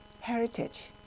heritage